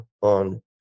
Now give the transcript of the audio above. on